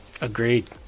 Agreed